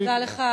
תודה לך,